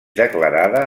declarada